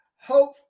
hope